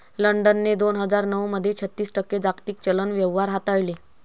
लंडनने दोन हजार नऊ मध्ये छत्तीस टक्के जागतिक चलन व्यवहार हाताळले